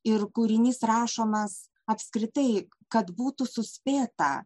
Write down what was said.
ir kūrinys rašomas apskritai kad būtų suspėta